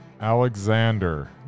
Alexander